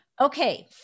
Okay